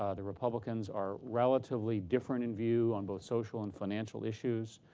ah the republicans are relatively different in view on both social and financial issues.